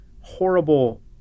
horrible